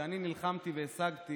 כשאני נלחמתי והשגתי